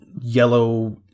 yellow